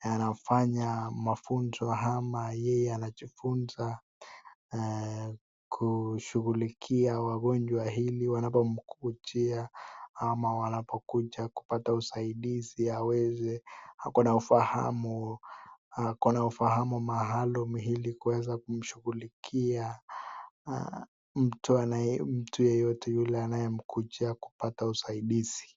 anafanya mafunzo ama yeye anajifunza kushughulikia wagonjwa ili wanapomkujia ama wanapokuja kupata usaidizi aweze ako na ufahamu, ako na ufahamu maalum ili kuweza kumshughulikia mtu anayemtaka yeyote yule anayemkujia kupata usaidizi.